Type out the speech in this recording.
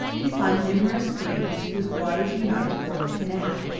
we find numerous springs, whose waters unite to form the kanab.